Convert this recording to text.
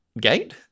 gate